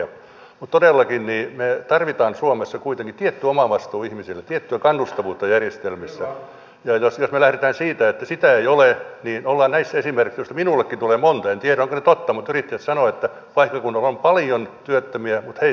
mutta todellakin me tarvitsemme suomessa kuitenkin tietyn omavastuun ihmisille tiettyä kannustavuutta järjestelmissä ja jos me lähdemme siitä että sitä ei ole niin ollaan näissä esimerkeissä minullekin on tullut monta ja en tiedä ovatko ne totta mutta yrittäjät sanovat että paikkakunnalla on paljon työttömiä mutta he eivät saa työntekijöitä